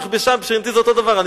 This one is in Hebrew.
שוחררה, נכבשה, מבחינתי זה אותו הדבר.